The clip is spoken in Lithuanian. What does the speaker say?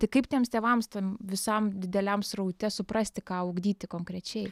tai kaip tiems tėvams ten visam dideliam sraute suprasti ką ugdyti konkrečiai